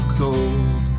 cold